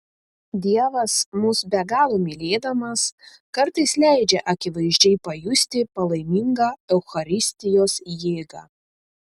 dievas mus be galo mylėdamas kartais leidžia akivaizdžiai pajusti palaimingą eucharistijos jėgą